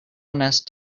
nest